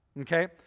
Okay